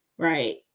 Right